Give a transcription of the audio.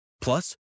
Plus